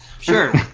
sure